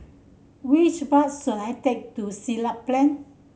which bus should I take to Siglap Plain